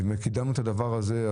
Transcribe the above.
ואם קידמנו את הדבר הזה,